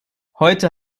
heute